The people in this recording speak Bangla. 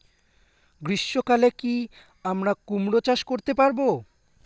গ্রীষ্ম কালে কি আমরা কুমরো চাষ করতে পারবো?